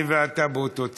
אני ואתה באותו צד.